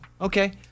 Okay